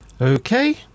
Okay